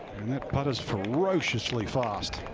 that putt is ferociously fast.